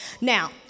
Now